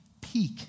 peak